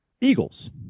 Eagles